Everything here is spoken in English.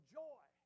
joy